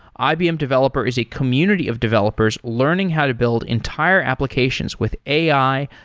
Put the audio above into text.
ibm developer is a community of developers learning how to build entire applications with ai,